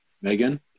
Megan